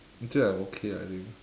actually I'm okay ah I think